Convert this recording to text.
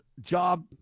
job